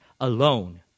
alone